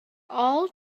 all